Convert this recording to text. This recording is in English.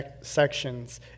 sections